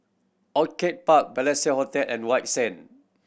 Orchid Park Balestier Hotel and White Sand